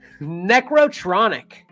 Necrotronic